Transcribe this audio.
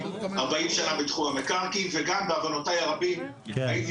40 שנה בתחום המקרקעין וגם בעוונותיי הרבים הייתי